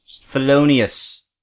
felonious